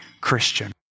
Christian